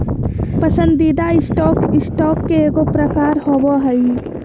पसंदीदा stock, stock के एगो प्रकार होबो हइ